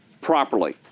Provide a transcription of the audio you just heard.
properly